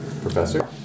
Professor